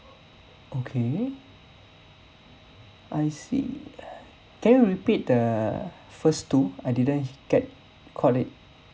okay I see uh can you repeat the first two I didn't get caught it